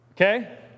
Okay